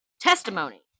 testimony